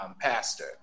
pastor